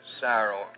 sorrow